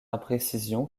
imprécision